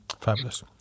Fabulous